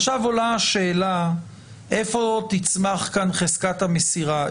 עכשיו עולה השאלה איפה תצמח כאן חזקת המסירה.